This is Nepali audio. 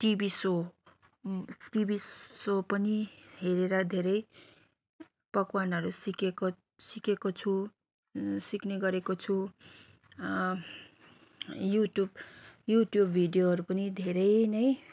टिभी सो टिभी सो पनि हेरेर धेरै पकवान्हरू सिकेको सिकेको छु सिक्ने गरेको छु युट्युब युट्युब भिडियोहरू पनि धेरै नै